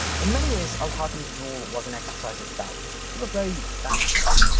in many ways, al-hakam's rule was an exercise in balance. he was very thanos-like in that.